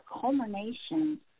culmination